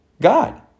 God